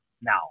now